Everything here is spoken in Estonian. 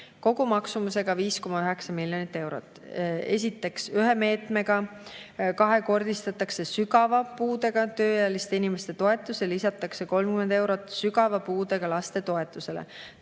kogumaksumusega 5,9 miljonit eurot. Esiteks, ühe meetmega kahekordistatakse sügava puudega tööealiste inimeste toetus ja lisatakse 30 eurot sügava puudega laste toetusele,